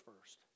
first